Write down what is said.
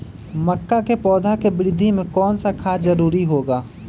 मक्का के पौधा के वृद्धि में कौन सा खाद जरूरी होगा?